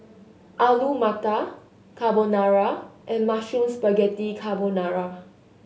Alu Matar Carbonara and Mushroom Spaghetti Carbonara